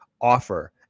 offer